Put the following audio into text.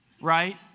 right